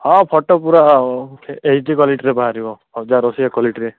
ହଁ ଫଟୋ ପୂରା H D କ୍ୱାଲିଟିର ବାହାରିବ ହଜାର ଅଶୀ କ୍ଵାଲିଟୀରେ